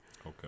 Okay